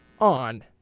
on